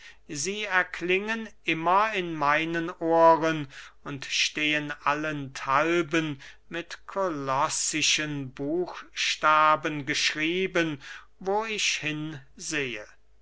sie erklingen immer in meinen ohren und stehen allenthalben mit kolossischen buchstaben geschrieben wo ich